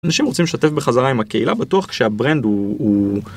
אנשים רוצים לשתף בחזרה עם הקהילה בטוח כשהברנד הוא...